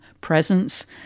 presence